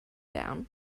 down